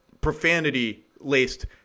profanity-laced